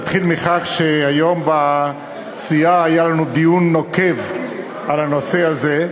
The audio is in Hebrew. אני רוצה קודם כול להתחיל מכך שהיום בסיעה היה לנו דיון נוקב בנושא הזה.